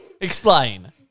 explain